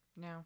No